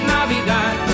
Navidad